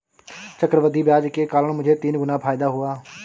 चक्रवृद्धि ब्याज के कारण मुझे तीन गुना फायदा हुआ